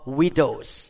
widows